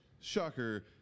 shocker